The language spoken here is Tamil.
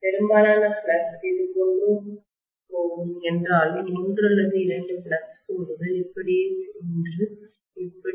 பெரும்பாலான ஃப்ளக்ஸ் இதுபோன்று போகும் என்றாலும் ஒன்று அல்லது இரண்டு ஃப்ளக்ஸ் கோடுகள் இப்படியே சென்று இப்படி செல்லும்